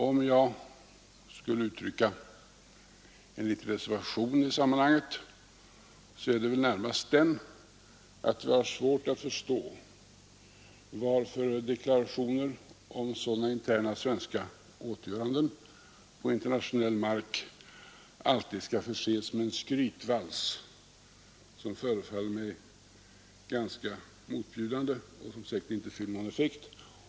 Om jag skall ge uttryck för en liten re närmast den, att jag har svårt att fö ervation i sammanhanget är det å varför deklarationer om interna svenska åtgöranden på internationell mark alltid skall förses med en ”skrytvals” som i detta fall föreföll mig ganska motbjudande och som säkert inte hade någon effekt.